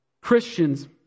Christians